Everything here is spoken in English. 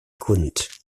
couldn’t